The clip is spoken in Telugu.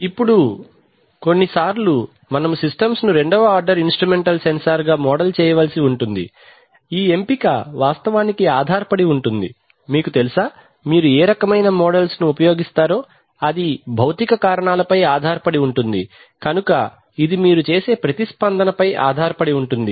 ఇప్పుడు కొన్నిసార్లు మనము సిస్టమ్స్ ను రెండవ ఆర్డర్ ఇన్స్ట్రుమెంటల్ సెన్సార్ గా మోడల్ చేయవలసి ఉంటుంది ఈ ఎంపిక వాస్తవానికి ఆధారపడి ఉంటుంది మీకు తెలుసా మీరు ఏ రకమైన మోడల్ను ఉపయోగిస్తారో అది భౌతిక కారణాలపై ఆధారపడి ఉంటుంది కనుక ఇది మీరు చేసే ప్రతిస్పందనపై ఆధారపడి ఉంటుంది